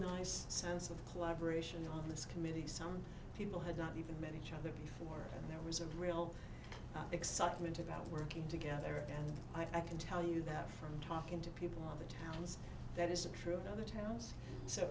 nice sense of collaboration on this committee some people had not even met each other before and there was a real excitement about working together and i can tell you that from talking to people all the towns that isn't true in other towns so